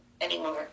anymore